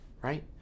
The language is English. Right